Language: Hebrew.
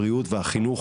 הבריאות והחינוך,